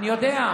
אני יודע.